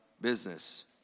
business